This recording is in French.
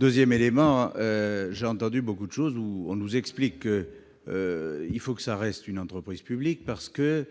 Ensuite, j'ai entendu beaucoup de choses : on nous explique qu'il faut qu'Engie reste une entreprise publique, parce que